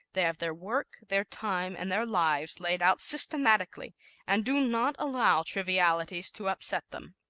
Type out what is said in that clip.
they have their work, their time and their lives laid out systematically and do not allow trivialities to upset them.